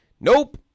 nope